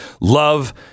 Love